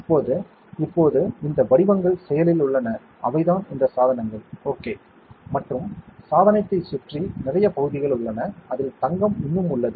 இப்போது இப்போது இந்த வடிவங்கள் செயலில் உள்ளன அவைதான் இந்த சாதனங்கள் ஓகே மற்றும் சாதனத்தைச் சுற்றி நிறைய பகுதிகள் உள்ளன அதில் தங்கம் இன்னும் உள்ளது